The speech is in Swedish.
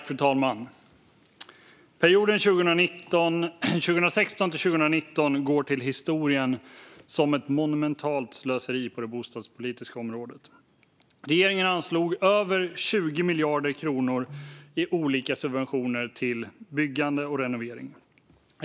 Fru talman! Perioden 2016-2019 går till historien som ett monumentalt slöseri på det bostadspolitiska området. Regeringen anslog över 20 miljarder kronor i olika subventioner till byggande och renovering.